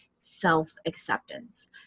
self-acceptance